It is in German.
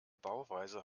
bauweise